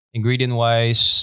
Ingredient-wise